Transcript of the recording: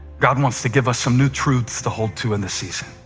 god wants to give us some new truths to hold to in this season,